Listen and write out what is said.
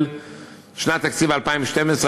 שנת התקציב 2012,